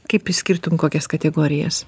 kaip išskirtum kokias kategorijas